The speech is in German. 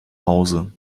hause